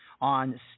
on